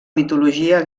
mitologia